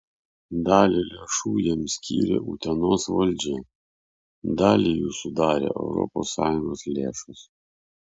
dalį lėšų jam skyrė utenos valdžia dalį jų sudarė europos sąjungos lėšos